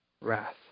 wrath